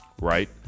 Right